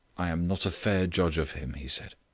i am not a fair judge of him, he said.